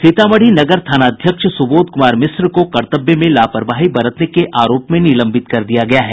सीतामढ़ी नगर थानाध्यक्ष सुबोध कुमार मिश्र को कर्तव्य में लापरवाही बरतने के आरोप में निलंबित कर दिया गया है